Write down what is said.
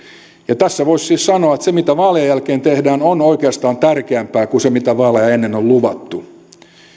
ja tässä voisi siis sanoa että se mitä vaalien jälkeen tehdään on oikeastaan tärkeämpää kuin se mitä vaaleja ennen on luvattu